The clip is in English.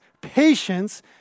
patience